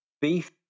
beef